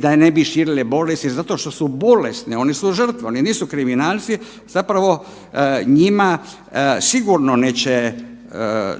da ne bi širile bolesti, zato što su bolesne one su žrtve, oni nisu kriminalci, zapravo njima sigurno neće,